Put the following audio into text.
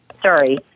Sorry